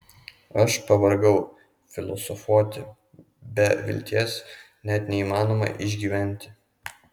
aš pavargau filosofuoti be vilties net neįmanoma išgyventi